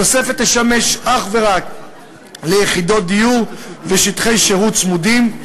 התוספת תשמש אך ורק ליחידות דיור ושטחי שירות צמודים,